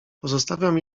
pozostawiam